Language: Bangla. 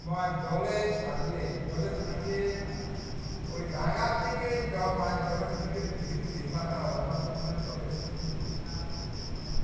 বা জলে ছাড়লে জলের দিকে ওই ডাঙার থেকে জ মাছ জলের দিকে ফিকে দিলে এই মাথা ওমাথা পর্যন্ত বেশ কিছু দূর